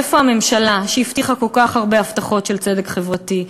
איפה הממשלה שהבטיחה כל כך הרבה הבטחות של צדק חברתי?